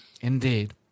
indeed